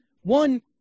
One –